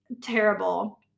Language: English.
terrible